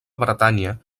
bretanya